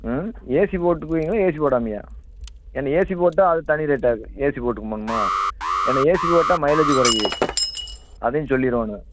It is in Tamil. ம் ஏசி போட்டுப்பீங்களா ஏசி போடாமையா ஏன்னா ஏசி போட்டால் அது தனி ரேட்டாக இருக்கும் ஏசி போட்டு போகணுமா ஏன்னா ஏசி போட்டா மைலேஜ் குறையும் அதையும் சொல்லிறணும்